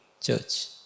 church